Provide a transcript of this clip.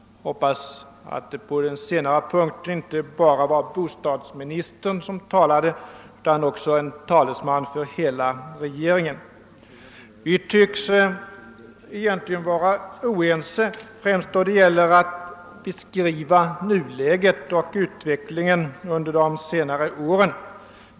Beträffande den senare punkten hoppas jag inrikesministern inte bara talade för sig själv utan för hela regeringen. Vi tycks vara oense främst då det gäller bedömningen av nuläget och utvecklingen under de senaste åren.